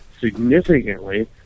significantly